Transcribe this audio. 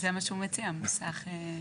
זה מה שהוא מציע, מוסך ענק.